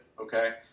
okay